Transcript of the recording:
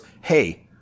hey